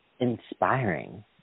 inspiring